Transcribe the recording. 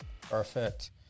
Perfect